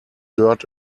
dirt